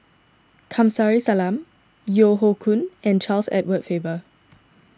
Kamsari Salam Yeo Hoe Koon and Charles Edward Faber